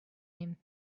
him